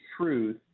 truth